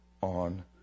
on